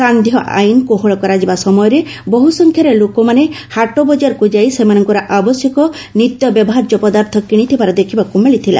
ସାନ୍ଧ୍ୟ ଆଇନ୍ କୋହଳ କରାଯିବା ସମୟରେ ବହୁ ସଂଖ୍ୟାରେ ଲୋକମାନେ ହାଟବଜାରକୁ ଯାଇ ସେମାନଙ୍କର ଆବଶ୍ୟକ ନିତ୍ୟ ବ୍ୟବହାର୍ଯ୍ୟ ପଦାର୍ଥ କିଶିଥିବାର ଦେଖିବାକୁ ମିଳିଥିଲା